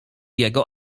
jego